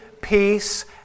peace